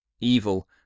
Evil